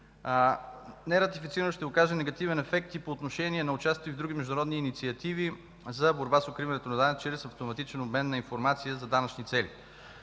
Нератифицирането ще окаже негативен ефект и по отношение на участието в други международни инициативи за борба с укриването на данъци или автоматичен обмен на информация за данъчни цели.